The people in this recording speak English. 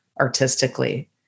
artistically